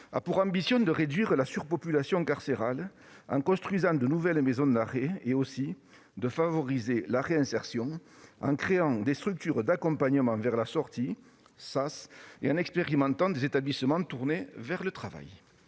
a pour ambition de réduire la surpopulation carcérale en construisant de nouvelles maisons d'arrêt et de favoriser la réinsertion en créant des structures d'accompagnement vers la sortie, les SAS, et en expérimentant des établissements tournés vers le travail.